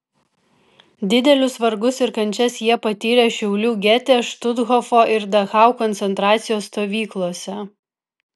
didelius vargus ir kančias jie patyrė šiaulių gete štuthofo ir dachau koncentracijos stovyklose